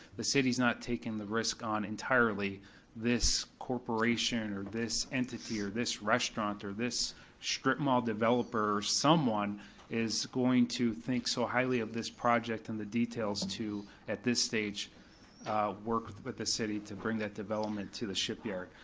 the city's not taking the risk on entirely this corporation or this entity or this restaurant or this strip mall developer, someone is going to think so highly of this project and the details to at this stage work with with the city to bring that development to the shipyard.